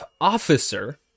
officer